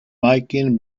making